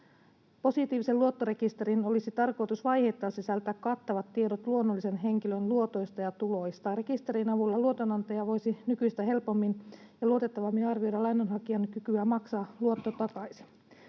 Positiivisen luottorekisterin olisi tarkoitus vaiheittain sisältää kattavat tiedot luonnollisen henkilön luotoista ja tuloista. Rekisterin avulla luotonantaja voisi nykyistä helpommin ja luotettavammin arvioida lainanhakijan kykyä maksaa luotto takaisin.